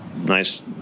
nice